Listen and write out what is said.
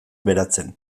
beratzen